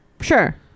Sure